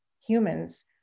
humans